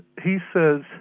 he says,